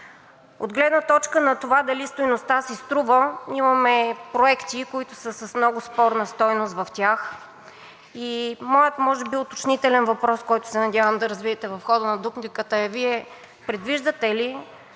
От гледна точка на това дали стойността си струва – имаме проекти, които са с много спорна стойност в тях и моят, може би уточняващ въпрос, който се надявам да развиете в хода на дупликата, е: Вие предвиждате ли